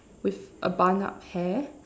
with a bun up hair